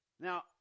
Now